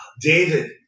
David